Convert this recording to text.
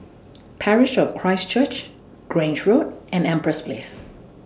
Parish of Christ Church Grange Road and Empress Place